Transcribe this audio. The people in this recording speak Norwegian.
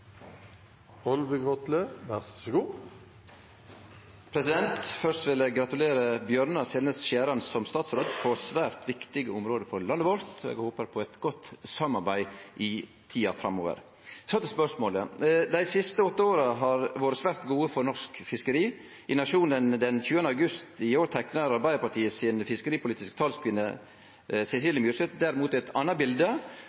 eg håpar på eit godt samarbeid i tida framover. Så til spørsmålet: «Dei siste åtte åra har vore svært gode for norske fiskeri. I Nationen den 20. august i år teiknar Arbeidarpartiet si fiskeripolitiske